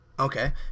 Okay